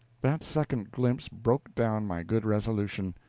that second glimpse broke down my good resolution.